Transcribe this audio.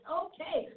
okay